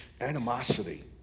animosity